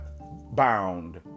bound